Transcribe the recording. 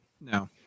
no